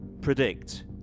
predict